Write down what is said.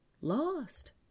lost